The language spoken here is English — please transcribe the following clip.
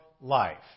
life